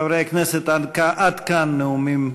חברי הכנסת, עד כאן נאומים,